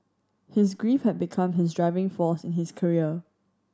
his grief had become his driving force in his career